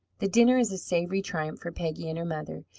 the dinner is a savoury triumph for peggy and her mother.